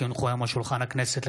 כי הונחו היום על שולחן הכנסת,